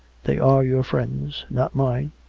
they are your friends, not mine.